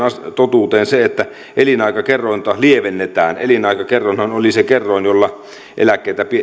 totuuteen sisältyy myös se että elinaikakerrointa lievennetään elinaikakerroinhan oli se kerroin jolla eläkkeitä